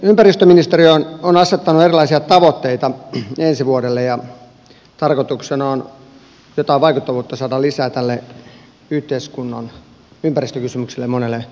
ympäristöministeriö on asettanut erilaisia tavoitteita ensi vuodelle ja tarkoituksena on jotain vaikuttavuutta saada lisää yhteiskunnan ympäristökysymyksille ja monelle muulle asialle